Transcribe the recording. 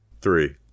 Three